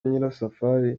nyirasafari